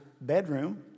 bedroom